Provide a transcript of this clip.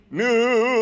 new